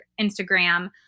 Instagram